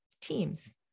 teams